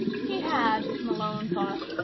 he had, malone thought,